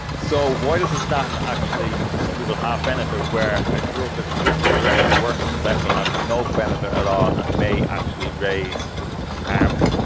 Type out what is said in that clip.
so why does the statin actually for some people have benefit where a drug that just directly works on cholesterol has no benefit at all and may actually raise harm?